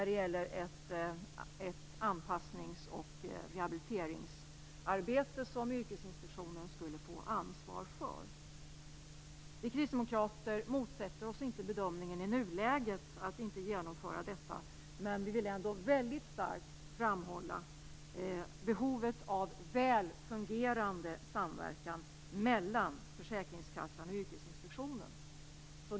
Det handlar om att Yrkesinspektionen skulle få ansvar för anpassnings och rehabiliteringsarbete. Vi kristdemokrater motsätter oss inte den bedömning som görs i nuläget, att förslaget inte skall genomföras. Vi vill dock framhålla behovet av väl fungerande samverkan mellan försäkringskassan och Yrkesinspektionen.